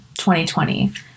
2020